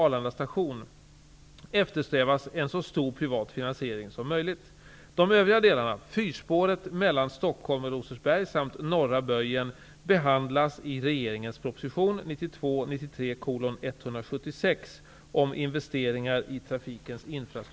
Arlanda station eftersträvas en så stor privat finansiering som möjligt.